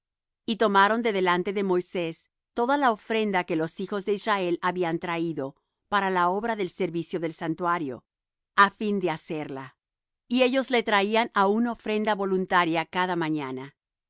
y tomaron de delante de moisés toda la ofrenda que los hijos de israel habían traído para la obra del servicio del santuario á fin de hacerla y ellos le traían aún ofrenda voluntaria cada mañana